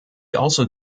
also